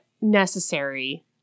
necessary